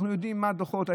אנחנו יודעים מה הדוחות.